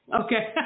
Okay